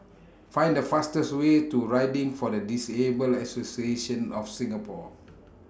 Find The fastest Way to Riding For The Disabled Association of Singapore